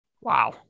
Wow